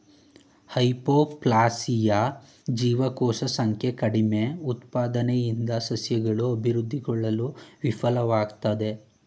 hypoplasia ಜೀವಕೋಶ ಸಂಖ್ಯೆ ಕಡಿಮೆಉತ್ಪಾದನೆಯಿಂದ ಸಸ್ಯಗಳು ಅಭಿವೃದ್ಧಿಗೊಳ್ಳಲು ವಿಫಲ್ವಾಗ್ತದೆ